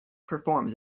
performs